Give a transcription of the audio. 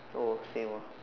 oh same ah